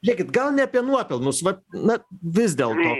žėkit gal ne apie nuopelnus vat na vis dėlto